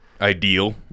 Ideal